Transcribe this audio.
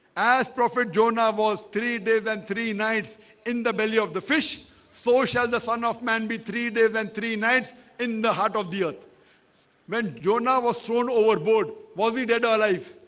as prophet jonah was three days and three nights in the belly of the fish soul shall the son of man be three days and three nights in the heart of the earth when jonah was thrown overboard was he dead or alive?